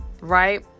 right